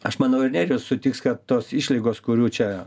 aš manau ir nerijus sutiks kad tos išlygos kurių čia